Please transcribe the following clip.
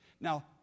Now